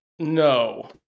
No